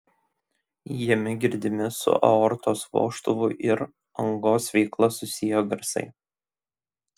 jame girdimi su aortos vožtuvo ir angos veikla susiję garsai